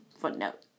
footnote